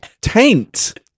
Taint